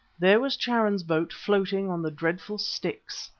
there was charon's boat floating on the dreadful styx.